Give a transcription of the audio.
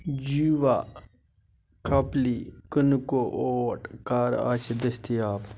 جیٖوا کھپلی کٕنکہٕ اوٹ کر آسہِ دٔستِیاب